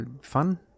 fun